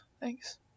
Thanks